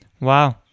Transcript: Wow